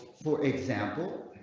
for example.